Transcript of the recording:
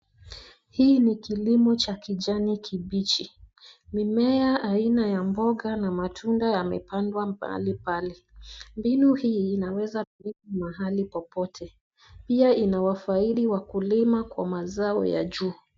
Hii ni kilimo cha kijani kibichi. Mimea aina ya mboga na matunda yamepandwa mahali pale. Mbinu hii inaweza tumika pahali popote. Pia inawafaidi wakulima kwa mazao ya juu.